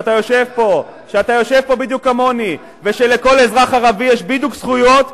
שאתה יושב פה בדיוק כמוני ושלכל אזרח ערבי יש בדיוק זכויות,